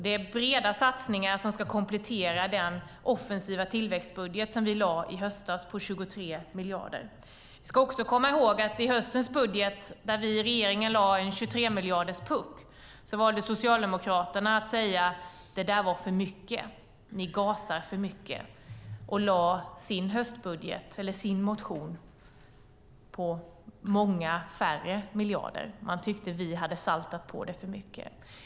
Det är breda satsningar som ska komplettera den offensiva tillväxtbudget som vi lade fram i höstas på 23 miljarder. Vi ska också komma ihåg att när vi i regeringen lade en 23-miljarders puck i höstens budget valde Socialdemokraterna att säga: Det där var för mycket. Ni gasar för mycket. Och man hade i sin höstbudget eller i sin motion många färre miljarder. Man tyckte att vi hade saltat för mycket.